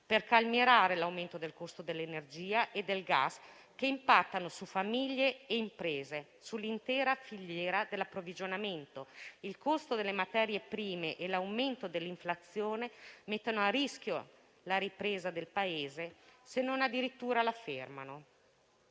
per calmierare l'aumento del costo dell'energia e del gas, che impatta su famiglie e imprese, nonché sull'intera filiera dell'approvvigionamento. Il costo delle materie prime e l'aumento dell'inflazione mettono a rischio la ripresa del Paese, se non la fermano